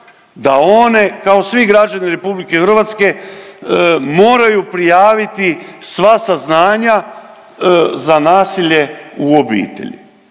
da one kao svi građani RH moraju prijaviti sva saznanja za nasilje u obitelji.